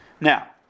Now